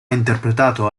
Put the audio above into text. interpretato